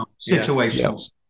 situations